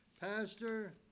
Pastor